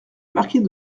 marquis